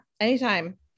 Anytime